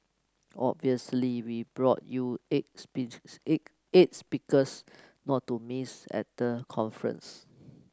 obviously we brought you eight speeches eight eight speakers not to miss at the conference